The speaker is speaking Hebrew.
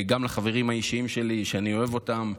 גם לחברים האישיים שלי, שאני אוהב אותם,